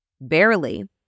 barely